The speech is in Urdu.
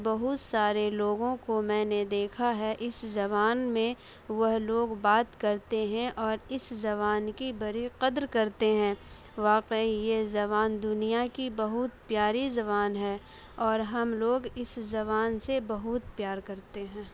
بہت سارے لوگوں کو میں نے دیکھا ہے اس زبان میں وہ لوگ بات کرتے ہیں اس زبان کی بڑی قدر کرتے ہیں واقعی یہ زبان دنیا کی بہت پیاری زبان ہے اور ہم لوگ اس زبان سے بہت پیار کرتے ہیں